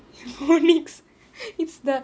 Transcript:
phonics it's the